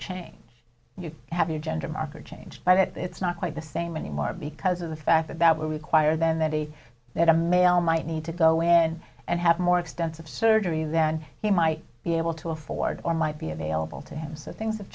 change you have your gender marker changed by that it's not quite the same anymore because of the fact that that will require then that a that a male might need to go in and have more extensive surgery than he might be able to afford or might be available to him so things have